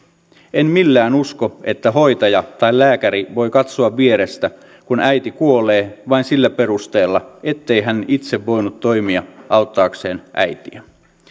en millään usko että hoitaja tai lääkäri voi katsoa vierestä kun äiti kuolee vain sillä perusteella ettei hän itse voinut toimia auttaakseen äitiä